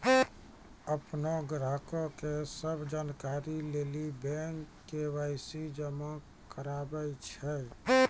अपनो ग्राहको के सभ जानकारी लेली बैंक के.वाई.सी जमा कराबै छै